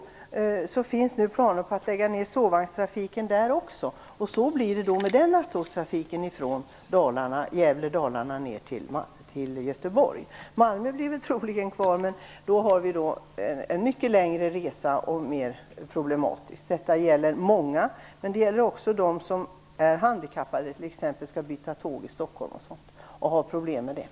Det finns nu också planer på att lägga ner sovvagnstrafiken på sträckan mellan Stockholm och Gävle och Dalarna ner till Göteborg? När det gäller Malmö finns trafiken troligen kvar, men då blir det en mycket längre och mer problematisk resa. Detta drabbar många, t.ex.